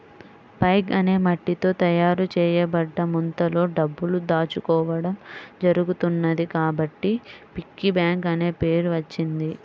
pig అనే మట్టితో తయారు చేయబడ్డ ముంతలో డబ్బులు దాచుకోవడం జరుగుతున్నది కాబట్టి పిగ్గీ బ్యాంక్ అనే పేరు వచ్చింది